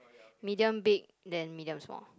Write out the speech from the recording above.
medium big then medium small